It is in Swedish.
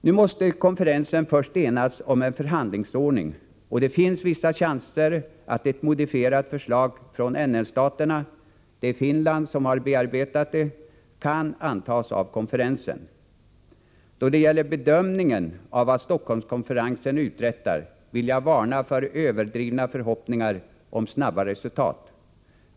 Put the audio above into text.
Nu måste konferensen först enas om en förhandlingsordning, och det finns vissa chanser att ett modifierat förslag från NN-staterna — det är Finland som bearbetat det — kan antas av konferensen. Då det gäller bedömningen av vad Stockholmskonferensen uträttar vill jag varna för överdrivna förhoppningar om snabba resultat.